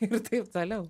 ir taip toliau